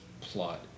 plot